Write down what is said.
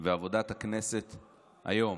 ואת עבודת הכנסת היום.